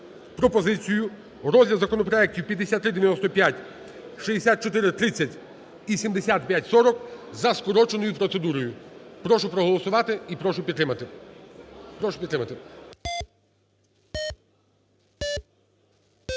пропозицію розгляду законопроектів 5395, 6430 і 7540 за скороченою процедурою. Прошу проголосувати і прошу підтримати.